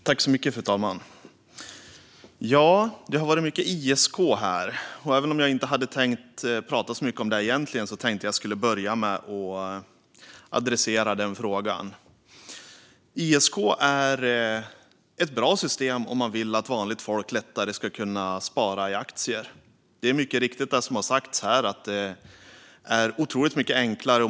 Fru talman! Det har varit mycket tal om ISK här. Även om jag egentligen inte hade tänkt att tala så mycket om det vill jag börja med att adressera den frågan. ISK är ett bra system om man vill att vanligt folk lättare ska kunna spara i aktier. Det är mycket riktigt som det har sagts här, att det är otroligt mycket enklare.